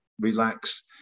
relax